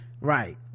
right